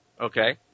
okay